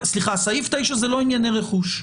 סעיף 9 זה לא ענייני רכוש.